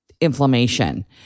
inflammation